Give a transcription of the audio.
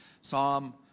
Psalm